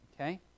Okay